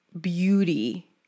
beauty